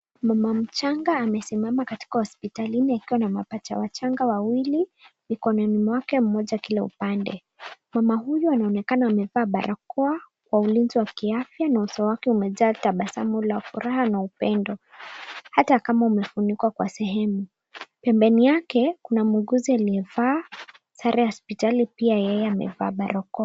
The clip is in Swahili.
Mama mchanga amesimama katika hospitalini akiwa na mapacha wachanga wawili mikononi mwake, mmoja kila upande. Mama huyo anaoekana amevaa barakoa kwa ulinzi wa kiafya na uso wake umejaa tabasamu la furaha na upendo, hata kama umefunikwa kwa sehemu. Pembeni yake kuna muuguzi aliyevaa sare ya hospitali, pia yeye amevaa barakoa.